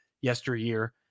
yesteryear